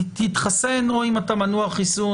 תתחסן או אם אתה מנוע חיסון,